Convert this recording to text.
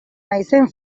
naizen